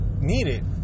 needed